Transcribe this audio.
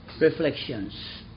reflections